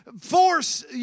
force